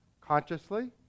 consciously